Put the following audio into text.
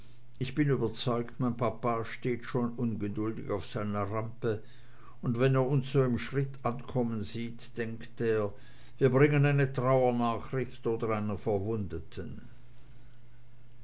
ich bin überzeugt mein papa steht schon ungeduldig auf seiner rampe und wenn er uns so im schritt ankommen sieht denkt er wir bringen eine trauernachricht oder einen verwundeten